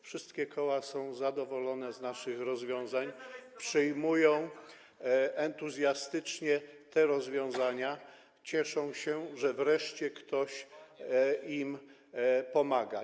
Wszystkie koła są zadowolone z naszych rozwiązań, przyjmują entuzjastycznie te rozwiązania, cieszą się, że wreszcie ktoś im pomaga.